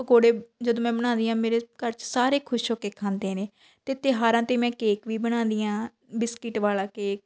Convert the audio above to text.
ਪਕੌੜੇ ਜਦੋਂ ਮੈਂ ਬਣਾਦੀ ਹਾਂ ਮੇਰੇ ਘਰ 'ਚ ਸਾਰੇ ਖੁਸ਼ ਹੋ ਕੇ ਖਾਂਦੇ ਨੇ ਅਤੇ ਤਿਉਹਾਰਾਂ 'ਤੇ ਮੈਂ ਕੇਕ ਵੀ ਬਣਾਉਂਦੀ ਹਾਂ ਬਿਸਕਿਟ ਵਾਲਾ ਕੇਕ